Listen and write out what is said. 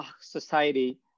Society